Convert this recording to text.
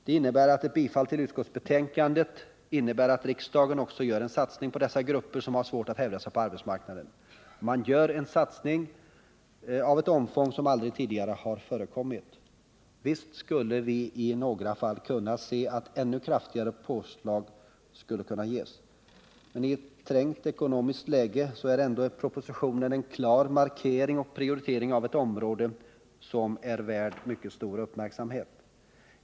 Det innebär att ett bifall till utskottets hemställan är detsamma som att riksdagen gör en satsning på dessa grupper, som har svårt att hävda sig på arbetsmarknaden. Man gör en satsning av ett omfång som aldrig tidigare har förekommit. Visst skulle man i några fall kunna se ett ännu kraftigare påslag, men i ett trängt ekonomiskt läge är ändå propositionen en klar markering och prioritering av ett område, som är värt mycket stor uppmärksamhet.